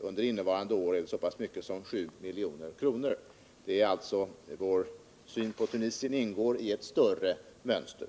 Under innevarande år rör det sig om så pass mycket som 7 milj.kr. Vår syn på vad som nu sker i Tunisien ingår alltså i ett större mönster.